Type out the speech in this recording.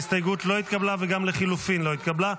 ההסתייגות לא התקבלה וגם לחלופין לא התקבלה.